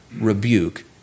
rebuke